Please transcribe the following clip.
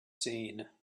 seen